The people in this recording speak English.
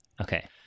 Okay